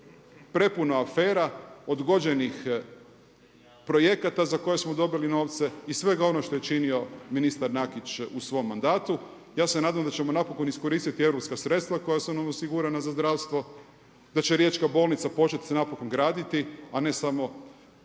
prepuno afera, odgođenih projekata za koje smo dobili novce i svega onoga što je činio ministar Nakić u svom mandatu. Ja se nadam da ćemo napokon iskoristiti europska sredstva koja su nam osigurana za zdravstvo, da će Riječka bolnica početi se napokon graditi, a ne samo